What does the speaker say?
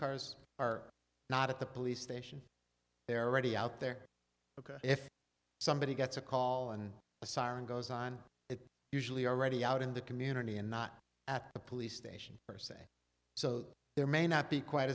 cars are not at the police station they're already out there because if somebody gets a call and a siren goes on it usually already out in the community and not at the police station or so there may not be quite